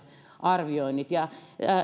arvioinnit